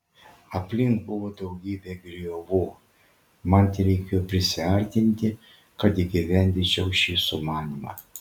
aplink buvo daugybė griovų man tereikėjo prisiartinti kad įgyvendinčiau šį sumanymą